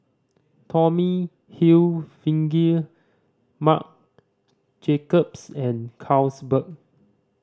Tommy Hilfiger Marc Jacobs and Carlsberg